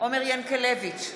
עומר ינקלביץ'